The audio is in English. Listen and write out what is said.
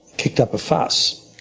kicked up a fuss,